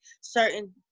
certain